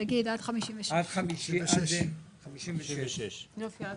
תגיד עד 56. עד 56(6). (הישיבה נפסקה בשעה